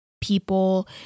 people